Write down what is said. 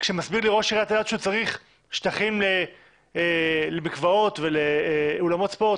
שמסביר לי ראש עיריית אלעד שהוא צריך שטחים למקוואות ולאולמות ספורט.